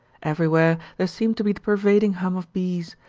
everywhere there seemed to be the pervading hum of bees,